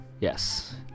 Yes